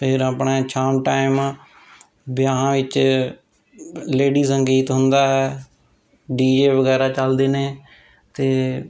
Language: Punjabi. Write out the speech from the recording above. ਫਿਰ ਆਪਣੇ ਸ਼ਾਮ ਟਾਈਮ ਵਿਆਹਾਂ ਵਿੱਚ ਲੇਡੀ ਸੰਗੀਤ ਹੁੰਦਾ ਹੈ ਡੀਜੇ ਬਗੈਰਾ ਚੱਲਦੇ ਨੇ ਅਤੇ